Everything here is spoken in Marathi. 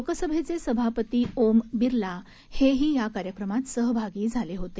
लोकसभेचे सभापती ओम बिर्ला हे ही या कार्यक्रमात सहभागी झाले होते